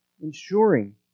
ensuring